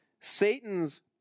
Satan's